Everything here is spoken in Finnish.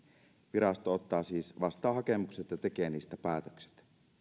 virasto ottaa siis vastaan hakemukset ja tekee niistä päätökset